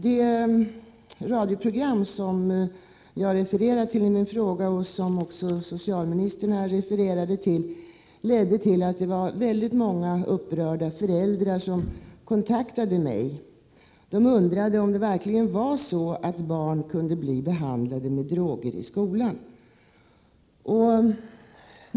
Det radioprogram, som jag refererade till i min fråga och som också socialministern här refererade till, ledde till att väldigt många upprörda föräldrar kontaktade mig och undrade, om det verkligen var så, att barn kunde bli behandlade med droger i skolan.